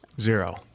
Zero